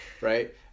right